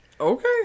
Okay